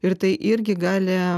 ir tai irgi gali